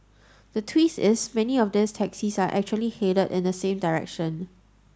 the twist is many of these taxis are actually headed in the same direction